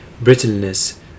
brittleness